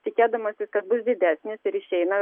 tikėdamasis kad bus didesnis ir išeina